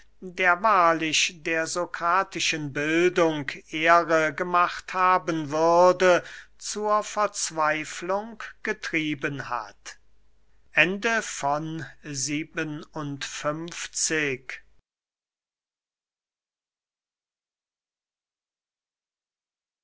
der wahrlich der sokratischen bildung ehre gemacht haben würde zur verzweiflung getrieben hat